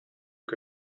que